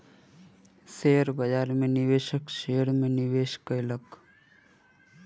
share बाजार में निवेशक शेयर में निवेश कयलक